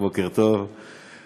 בוקר טוב לקארין.